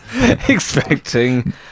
expecting